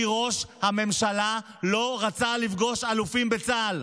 כי ראש הממשלה לא רצה לפגוש אלופים בצה"ל.